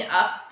up